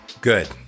Good